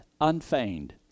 unfeigned